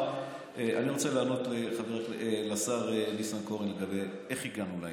אני רוצה לענות לשר ניסנקורן לגבי איך הגענו לעניין.